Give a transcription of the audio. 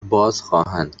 بازخواهند